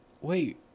Wait